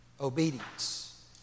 obedience